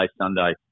Sunday